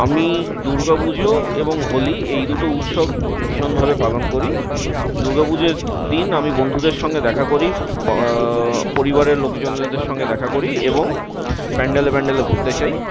আমি দুর্গাপুজো এবং হোলি এই দুটো উৎসব ভীষণভাবে পালন করি দুর্গাপুজোর দিন আমি বন্ধুদের সঙ্গে দেখা করি পরিবারে লোকজনেদের সঙ্গে দেখা করি এবং প্যান্ডেলে প্যান্ডেলে ঘুরতে যাই